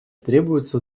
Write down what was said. требуется